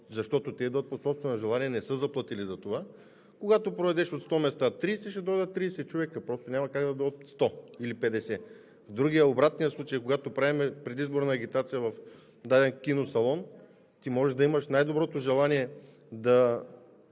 Защото те идват по собствено желание и не са заплатили за това. Когато продадеш 30 места от 100, ще дойдат 30 човека, просто няма как да дойдат 100 или 50. В другия, в обратния случай, когато правим предизборна агитация в даден киносалон, можеш да имаш най-доброто желание да